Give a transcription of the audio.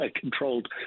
controlled